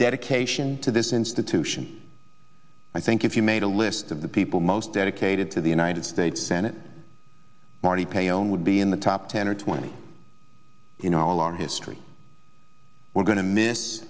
dedication to this institution i think if you made a list of the people most dedicated to the united states senate marty paon would be in the top ten or twenty in all our history we're going to miss